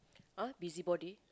!huh! busybody